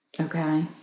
Okay